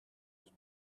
was